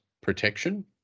protection